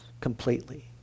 Completely